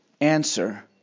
answer